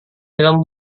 film